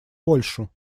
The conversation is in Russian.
польшу